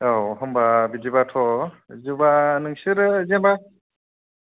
औ होनबा बिदिबाथ' होनबा नोंसोरो जेन'बा